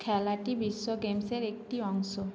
খেলাটি বিশ্ব গেমসের একটি অংশ